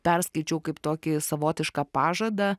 perskaičiau kaip tokį savotišką pažadą